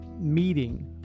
meeting